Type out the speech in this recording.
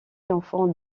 l’enfant